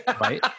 right